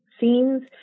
scenes